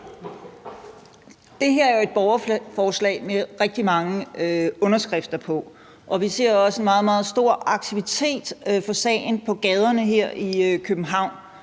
Det her er jo et borgerforslag med rigtig mange underskrifter på, og vi ser også en meget, meget stor aktivitet i forbindelse med sagen på gaderne her i København.